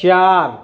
चार